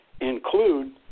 include